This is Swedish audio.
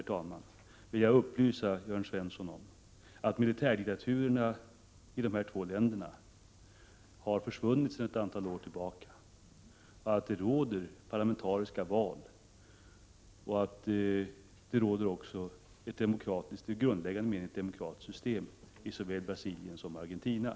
Jag vill upplysa Jörn Svensson om att militärdiktaturen i dessa två länder är försvunnen sedan ett antal år tillbaka. Det anordnas parlamentariska val, och det råder ett i grundläggande mening demokratiskt system i såväl Brasilien som Argentina.